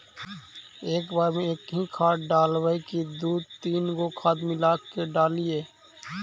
एक बार मे एकही खाद डालबय की दू तीन गो खाद मिला के डालीय?